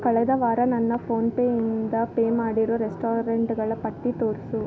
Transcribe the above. ಕಳೆದ ವಾರ ನನ್ನ ಫೋನ್ಪೇಯಿಂದ ಪೇ ಮಾಡಿರೋ ರೆಸ್ಟೊರಂಟ್ಗಳ ಪಟ್ಟಿ ತೋರಿಸು